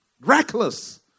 reckless